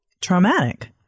traumatic